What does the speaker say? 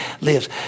lives